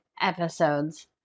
episodes